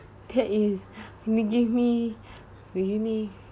that is making me really